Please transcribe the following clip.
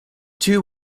two